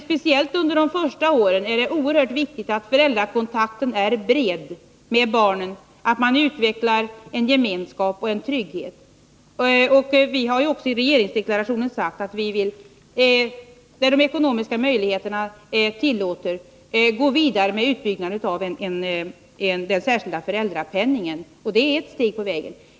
Speciellt under de första åren av barnens liv är det oerhört viktigt att föräldrakontakten är bred, att man utvecklar en gemenskap och trygghet. Vi har också i regeringsdeklarationen sagt att vi, där de ekonomiska möjligheterna tillåter, vill gå vidare med utbyggnad av den särskilda föräldrapenningen. Det är ett steg på vägen.